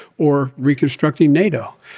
or reconstructing nato,